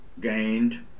gained